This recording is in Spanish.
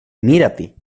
mírate